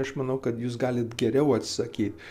aš manau kad jūs galit geriau atsakyt